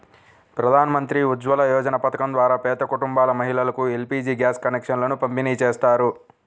ప్రధాన్ మంత్రి ఉజ్వల యోజన పథకం ద్వారా పేద కుటుంబాల మహిళలకు ఎల్.పీ.జీ గ్యాస్ కనెక్షన్లను పంపిణీ చేస్తారు